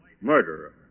murderer